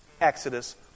Exodus